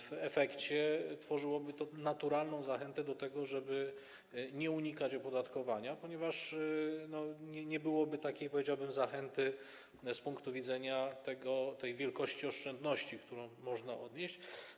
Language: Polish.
W efekcie tworzyłoby to naturalną zachętę do tego, żeby nie unikać opodatkowania, ponieważ nie byłoby takiej, powiedziałbym, zachęty z punktu widzenia wielkości oszczędności, które można uzyskać.